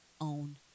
own